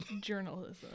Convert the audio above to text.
Journalism